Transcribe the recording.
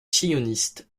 sioniste